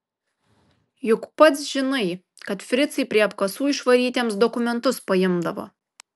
juk pats žinai kad fricai prie apkasų išvarytiems dokumentus paimdavo